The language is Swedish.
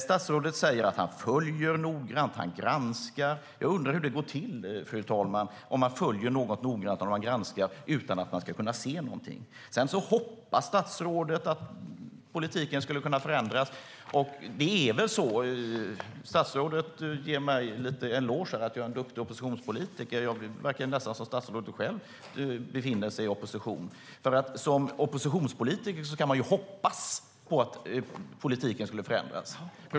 Statsrådet säger att han följer detta noggrant och granskar detta. Jag undrar hur det går till när man följer något och granskar det noggrant och ändå inte ser något. Sedan hoppas statsrådet att politiken skulle kunna förändras. Statsrådet ger mig en eloge att jag är en duktig oppositionspolitiker. Det verkar nästan som om statsrådet själv befann sig i opposition. Som oppositionspolitiker kan man ju hoppas på att politiken ska förändras.